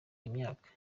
imyaka